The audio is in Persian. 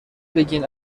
بگین